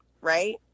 right